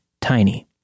Tiny